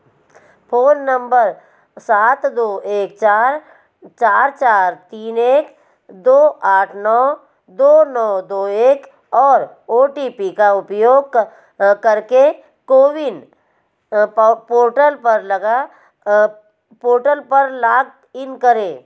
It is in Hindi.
फ़ोन नंबर सात दो एक चार चार चार तीन एक दो आठ नौ दो नौ दो एक और ओ टी पी का उपयोग करके कोविन पोर्टल पर लॉग इन करें